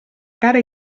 cara